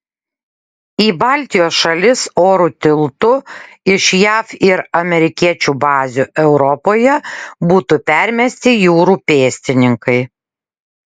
į baltijos šalis oro tiltu iš jav ir amerikiečių bazių europoje būtų permesti jūrų pėstininkai